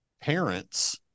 parents